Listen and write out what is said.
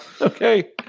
Okay